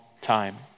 time